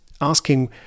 asking